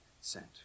sent